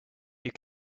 you